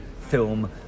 film